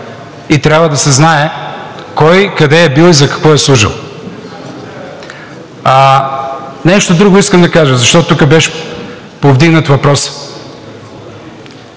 и трябва да се знае кой къде е бил и за какво е служил. Нещо друго искам да кажа, защото тук беше повдигнат въпросът.